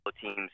teams